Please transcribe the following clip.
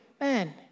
man